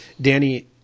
Danny